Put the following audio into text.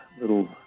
little